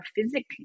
physically